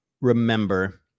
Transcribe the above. remember